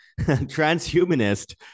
transhumanist